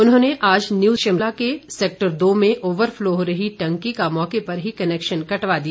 उन्होंने आज न्यू शिमला के सैक्टर दो में ओवर फ्लो हो रही टंकी का मौके पर ही कनैक्शन कटवा दिया